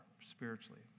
spiritually